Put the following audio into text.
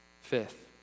Fifth